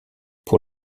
pour